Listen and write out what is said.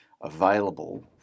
available